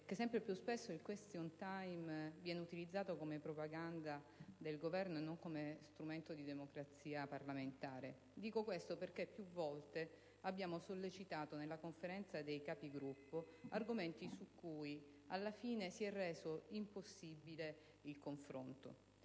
che sempre più spesso il *question* *time* viene utilizzato come propaganda del Governo e non come strumento di democrazia parlamentare. Dico questo perché più volte nella Conferenza dei Capigruppo abbiamo sollecitato argomenti su cui, alla fine, si è reso impossibile il confronto.